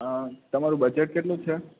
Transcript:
તમારું બજેટ કેટલું છે